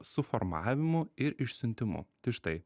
suformavimu ir išsiuntimu tai štai